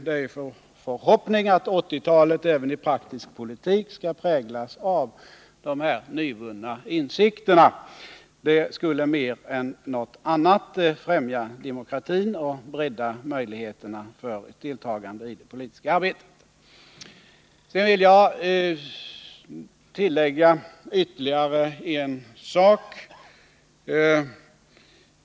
Det är vår förhoppning att 1980-talet även i praktisk politik skall präglas av de nyvunna insikterna. Det skulle mer än något annat främja demokratin och bredda möjligheterna för ett deltagande i det politiska arbetet. Jag vill tillägga ytterligare en sak.